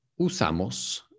usamos